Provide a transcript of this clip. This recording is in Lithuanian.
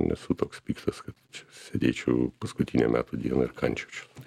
nesu toks piktas kad čia sėdėčiau paskutinę metų dieną ir kandžiočiaus